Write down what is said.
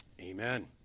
Amen